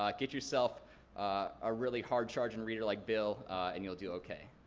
um get yourself a really hard charging reader like bill and you'll do okay.